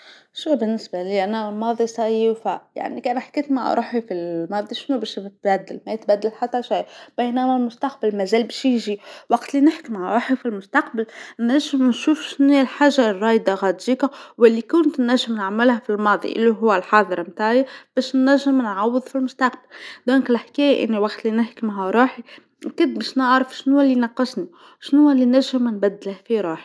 شوف بالنسبه ليا أنا الماضي خلاص فات، يعني كان حكيت مع روحي ي الماضي شنوا باش يتبدل، ما يتبدل حتى شي، بينما المستقبل مزال باش يجي، وقت اللي نحكي مع روحي في المستقبل نجم نشوف شناهي الحاجه الرايده غاديكا واللي كنت نجم نعملها في الماضي، اللي هو الحاضر متاعي باش نجم نعوض في المستقبل، إذن الحكايه أني وقت اللي نحكي مع روحي أكيد باش نعرف شنوا اللي ناقصني شنوا اللي نجم نبدله في روحي.